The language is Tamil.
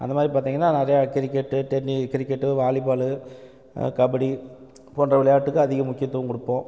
அந்த மாதிரி பார்த்திங்கனா நிறையா cricket tennis cricket volleyball kabaddi போன்ற விளையாட்டுக்கு அதிகம் முக்கியத்துவம் கொடுப்போம்